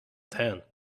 ten